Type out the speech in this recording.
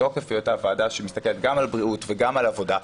מתוקף היותה ועדה שמסתכלת גם על הבריאות וגם על העבודה,